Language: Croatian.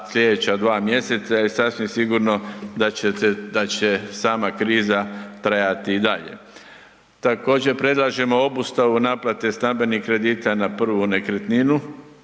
slijedeća dva mjeseca jer sasvim sigurno da će se, da će sama kriza trajati i dalje. Također predlažemo obustavu naplate stambenih kredita na prvu nekretninu,